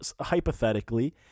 hypothetically